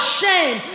shame